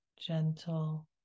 gentle